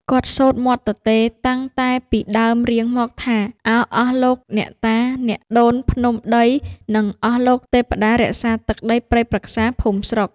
គាត់សូត្រមាត់ទទេ តាំងតែពីដើមរៀងមកថា: “ឱ ! អស់លោកអ្នកតា អ្នកដូនភ្នំដី និងអស់លោកទេព្ដារក្សាទឹកដីព្រៃព្រឹក្សា ភូមិស្រុក